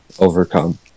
overcome